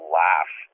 laugh